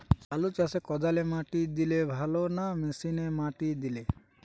আলু চাষে কদালে মাটি দিলে ভালো না মেশিনে মাটি দিলে?